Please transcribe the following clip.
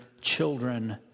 children